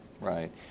Right